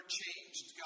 changed